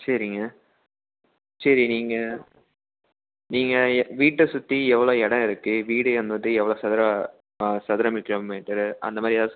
சரிங்க சரி நீங்கள் நீங்கள் ஏ வீட்டை சுற்றி எவ்வளோ இடம் இருக்குது வீடு என்பது எவ்வளோ சதுரம் சதுரம் மீ கிலோ மீட்டரு அந்த மாதிரி ஏதாது